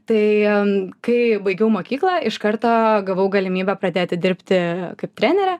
tai kai baigiau mokyklą iš karto gavau galimybę pradėti dirbti kaip trenerė